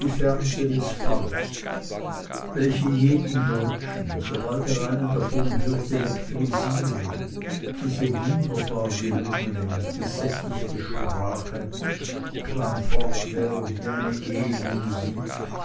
die verse des faust welche jeden deutschen sobald er einen davon hört elektrisieren diese wunderbar gelungene und gesättigte sprache klang fortwährend wie eine edle musik